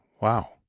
Wow